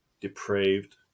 depraved